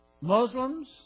Muslims